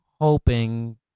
hoping